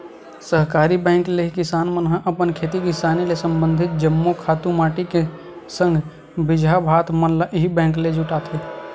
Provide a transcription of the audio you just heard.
सहकारी बेंक ले ही किसान मन ह अपन खेती किसानी ले संबंधित जम्मो खातू माटी के संग बीजहा भात मन ल इही बेंक ले जुटाथे